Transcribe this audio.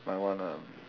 my one ah